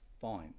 fine